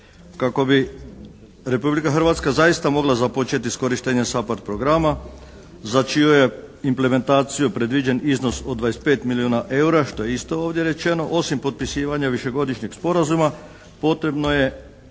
Kako bi Republika Hrvatska zaista mogla započeti sa korištenjem SAPARD programa za čiju je implementaciju predviđen iznos od 25 milijuna eura, što je isto ovdje rečeno, osim potpisivanja višegodišnjeg sporazuma potrebno je